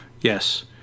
Yes